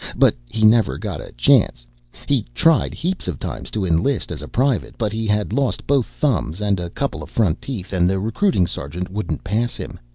but he never got a chance he tried heaps of times to enlist as a private, but he had lost both thumbs and a couple of front teeth, and the recruiting sergeant wouldn't pass him.